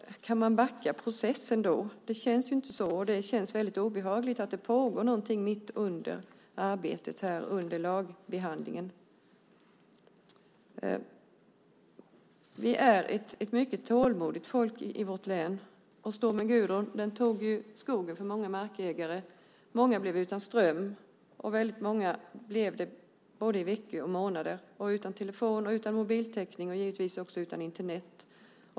Kan man backa processen då? Det känns inte så. Det känns väldigt obehagligt att det pågår någonting mitt under arbetet med lagbehandlingen. Vi är ett mycket tålmodigt folk i vårt län. Stormen Gudrun tog skogen för många markägare. Många blev utan ström, och väldigt många blev det i både veckor och månader. De blev utan telefon och utan mobiltäckning och givetvis också utan Internet.